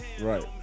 Right